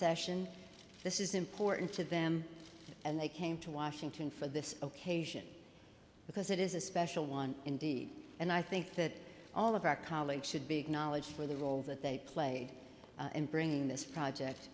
session this is important to them and they came to washington for this occasion because it is a special one indeed and i think that all of our colleagues should be acknowledged for the role that they played in bringing this project